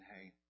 hey